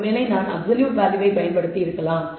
ஒருவேளை நான் அப்சல்யூட் வேல்யூவை பயன்படுத்தி இருக்கலாம்